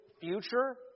future